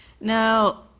Now